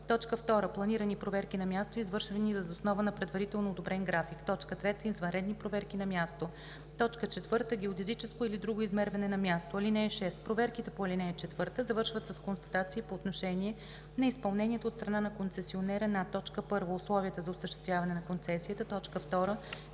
2. планирани проверки на място, извършвани въз основа на предварително одобрен график; 3. извънредни проверки на място; 4. геодезическо или друго измерване на място. (6) Проверките по ал. 4 завършват с констатации по отношение на изпълнението от страна на концесионера на: 1. условията за осъществяване на концесията; 2.